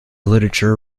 literature